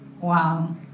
Wow